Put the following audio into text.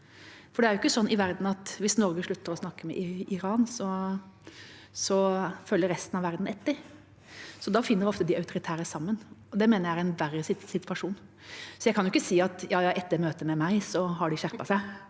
hvis Norge slutter å snakke med Iran, følger resten av verden etter. Da finner ofte de autoritære sammen, og det mener jeg er en verre situasjon. Jeg kan ikke si: Ja, etter møtet med meg har de skjerpet seg.